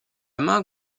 main